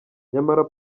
nyamara